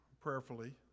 prayerfully